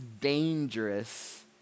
dangerous